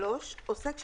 עוסק,